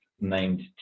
named